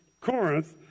Corinth